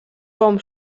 com